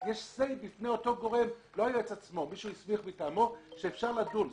יש say בפני אותו גורם שאפשר לדון.